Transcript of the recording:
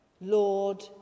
Lord